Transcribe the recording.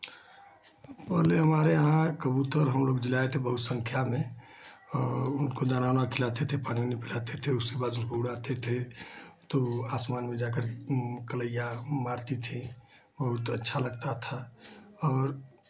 बोले हमारे यहाँ कबूतर हम लोग दिलाए थे बहुत संख्या में उनको दाना ओना खिलाते थे पानी ओनी पिलाते थे उसके बाद उसको उड़ाते थे तो आसमान में जाकर कलइया मारती थी बहुत अच्छा लगता था और